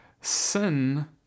sin